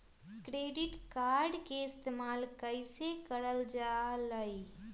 Credit card के इस्तेमाल कईसे करल जा लई?